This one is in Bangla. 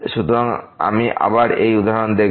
সুতরাং আমি আবার এই উদাহরণে দেখব